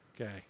Okay